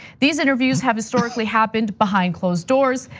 these interviews have historically happened behind closed doors.